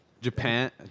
Japan